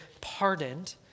pardoned